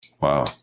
Wow